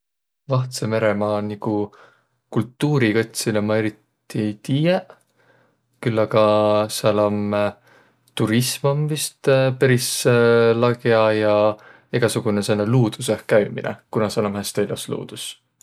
Vahtsõ-Meremaa nigu kultuuri kotsilõ ma eriti ei tiiäq, küll aga sääl om turism om vist peris lagja ja egäsugunõ sääne luudusõh käümine, kuna sääl om häste illos luudus.